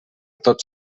tots